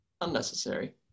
Unnecessary